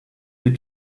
did